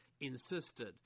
insisted